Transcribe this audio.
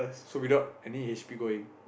so without any h_p going